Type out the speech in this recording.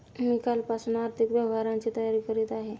मी कालपासून आर्थिक व्यवहारांची तयारी करत आहे